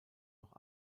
noch